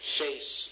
face